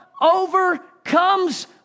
overcomes